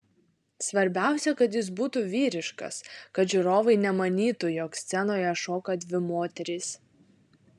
svarbiausia kad jis būtų vyriškas kad žiūrovai nemanytų jog scenoje šoka dvi moterys